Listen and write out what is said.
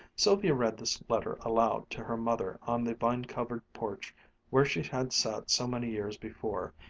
sylvia read this letter aloud to her mother on the vine-covered porch where she had sat so many years before,